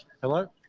Hello